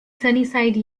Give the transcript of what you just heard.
sunnyside